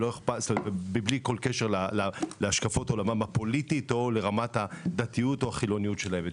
בלי כל קשר להשקפת עולמם הפוליטית או לרמת הדתיות או החילוניות שלהם.